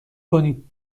کنید